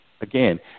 again